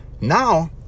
Now